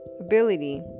ability